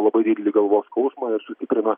labai didelį galvos skausmą ir sutikrina